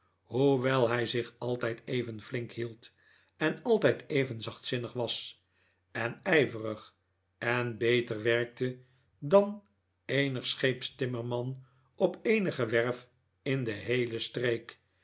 hoewel hij zich altijd even flink hield en altijd even zachtzinnig was en ijverig en beter werkte dan eenig scheepstimmerman op eenige werf in de heele streek